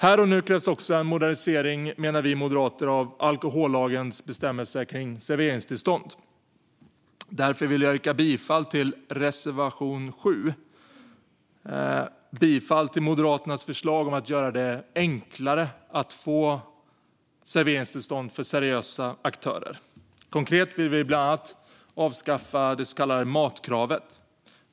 Vi moderater menar också att det här och nu krävs en modernisering av alkohollagens bestämmelser kring serveringstillstånd. Därför vill jag yrka bifall till reservation 7 - bifall till Moderaternas förslag om att göra det enklare för seriösa aktörer att få serveringstillstånd. Konkret vill vi bland annat avskaffa det så kallade matkravet.